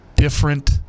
different